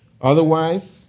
Otherwise